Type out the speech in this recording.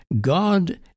God